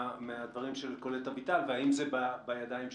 מדבריה של קולט אביטל והאם זה בידיים שלכם,